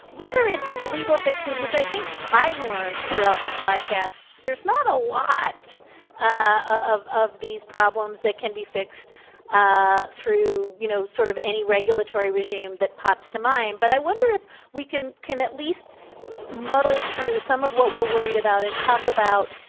whether it's legal fixes, which i think i've learned throughout this podcast. there's not a lot ah of of these problems that can be fixed ah through, you know, sort of any regulatory regime that pops to mind. but i wonder if we can can at least muddle through some of what we're worried about and talk about,